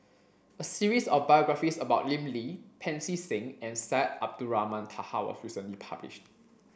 a series of biographies about Lim Lee Pancy Seng and Syed Abdulrahman Taha was recently published